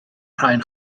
rain